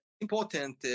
important